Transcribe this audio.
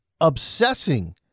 obsessing